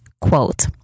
quote